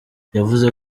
yavuze